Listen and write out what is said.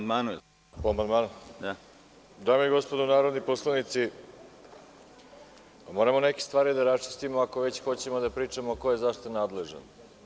Dame i gospodo narodni poslanici, moramo neke stvari da raščistimo, ako već hoćemo da pričamo ko je za šta nadležan.